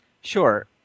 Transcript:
Sure